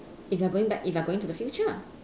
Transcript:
if you are going back if you are going to the future ah